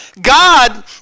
God